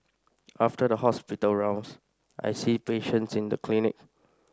after the hospital rounds I see patients in the clinic